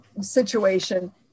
situation